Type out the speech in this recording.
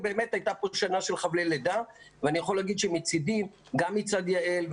הייתה שנה של חבלי לידה ואני יכול להגיד מצדי ומצד יעל,